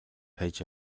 хаяж